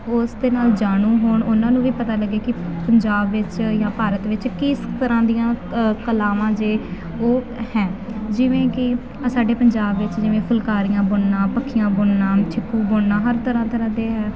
ਉਸ ਦੇ ਨਾਲ ਜਾਣੂ ਹੋਣ ਉਹਨਾਂ ਨੂੰ ਵੀ ਪਤਾ ਲੱਗੇ ਕਿ ਪੰਜਾਬ ਵਿੱਚ ਜਾਂ ਭਾਰਤ ਵਿੱਚ ਕਿਸ ਤਰ੍ਹਾਂ ਦੀਆਂ ਕਲਾਵਾਂ ਜੇ ਉਹ ਹੈ ਜਿਵੇਂ ਕਿ ਸਾਡੇ ਪੰਜਾਬ ਵਿੱਚ ਜਿਵੇਂ ਫੁਲਕਾਰੀਆਂ ਬੁਣਨਾ ਪੱਖੀਆਂ ਬੁਣਨਾ ਛਿੱਕੂ ਬੁਣਨਾ ਹਰ ਤਰ੍ਹਾਂ ਤਰ੍ਹਾਂ ਦੇ ਹੈ